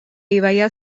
ibaia